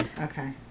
Okay